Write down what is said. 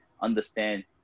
understand